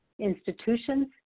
institutions